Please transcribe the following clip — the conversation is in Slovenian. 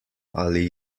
ali